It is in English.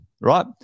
right